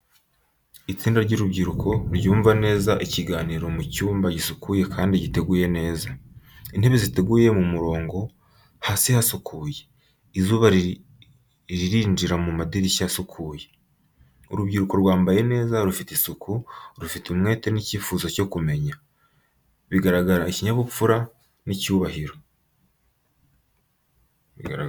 Itsinda ry’urubyiruko ryumva neza ikiganiro mu cyumba gisukuye kandi giteguye neza. Intebe ziteguye mu murongo hasi hasukuye, izuba rinjira mu madirishya asukuye. Urubyiruko rwambaye neza, rufite isuku, rufite umwete n’icyifuzo cyo kumenya, bigaragaza ikinyabupfura n’icyubahiro.